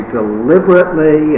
deliberately